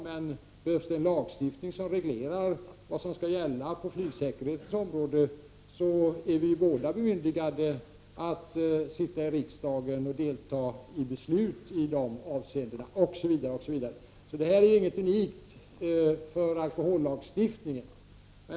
Men behövs det en lagstiftning som reglerar vad som skall gälla på flygsäkerhetens område är vi båda bemyndigade att sitta i riksdagen och delta i beslut i det avseendet, osv. Detta är inget unikt för alkohollagstiftningen.